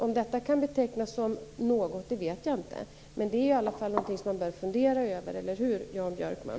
Om detta kan betecknas som något vet jag inte. Det är i alla fall något som man behöver fundera över, eller hur, Jan Björkman?